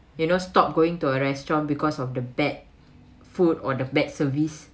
you know stop going to a restaurant because of the bad food or the bad service